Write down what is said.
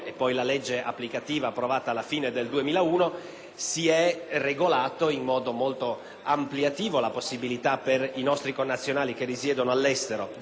si è regolata in modo molto ampliativo la possibilità per i nostri connazionali che risiedono permanentemente all'estero di votare per le elezioni politiche.